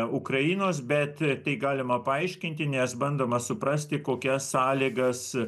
ukrainos bet tai galima paaiškinti nes bandoma suprasti kokias sąlygas